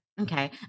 Okay